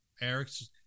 Eric's